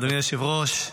אדוני היושב-ראש,